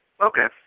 Okay